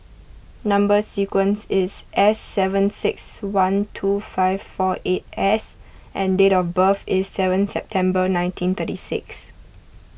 Number Sequence is S seven six one two five four eight S and date of birth is seven September nineteen thirty six